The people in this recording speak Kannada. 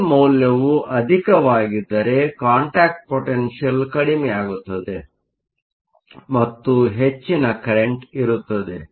ವಿ ಮೌಲ್ಯವು ಅಧಿಕವಾಗಿದ್ದರೆ ಕಾಂಟ್ಯಾಕ್ಟ್ ಪೊಟೆನ್ಷಿಯಲ್ ಕಡಿಮೆಯಾಗುತ್ತದೆ ಮತ್ತು ಹೆಚ್ಚಿನ ಕರೆಂಟ್ ಇರುತ್ತದೆ